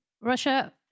Russia